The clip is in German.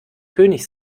könig